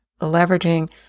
leveraging